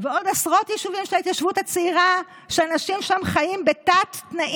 ועוד עשרות יישובים של ההתיישבות הצעירה שאנשים שם חיים בתת-תנאים,